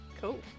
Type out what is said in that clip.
Cool